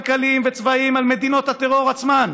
כלכליים וצבאיים על מדינות הטרור עצמן,